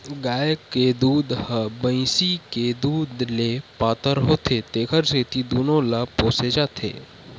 गाय के दूद ह भइसी के दूद ले पातर होथे तेखर सेती दूनो ल पोसे जाथे